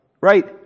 right